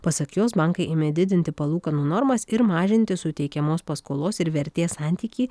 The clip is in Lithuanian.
pasak jos bankai ėmė didinti palūkanų normas ir mažinti suteikiamos paskolos ir vertės santykį